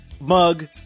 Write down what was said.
Mug